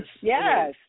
Yes